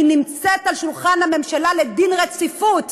היא נמצאת על שולחן הממשלה לדין רציפות.